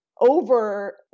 over